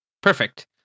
Perfect